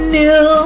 new